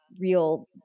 real